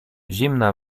zimna